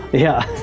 yeah.